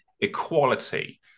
equality